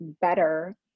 better